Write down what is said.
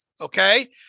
Okay